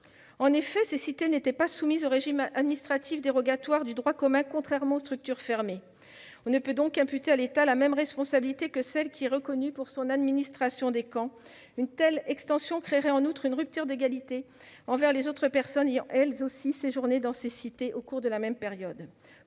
En effet, ces cités n'étaient pas soumises à un régime administratif dérogatoire du droit commun, contrairement aux structures fermées. On ne peut donc pas imputer à l'État la même responsabilité que celle qui est reconnue pour son administration des camps. Une telle extension créerait en outre une rupture d'égalité envers les autres personnes ayant séjourné dans ces cités au cours de la même période.